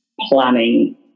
planning